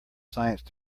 science